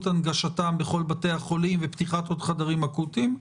הנגשתן בכל בתי החולים ופתיחת עוד חדרים אקוטיים,